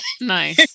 Nice